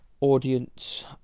audience